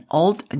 old